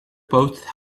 both